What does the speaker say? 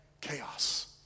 Chaos